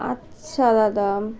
আচ্ছা দাদা